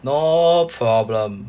no problem